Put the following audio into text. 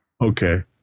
Okay